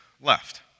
left